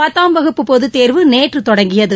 பத்தாம் வகுப்பு பொதுத்தேர்வு நேற்று தொடங்கியது